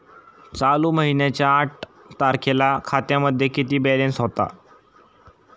चालू महिन्याच्या आठ तारखेला खात्यामध्ये किती बॅलन्स होता?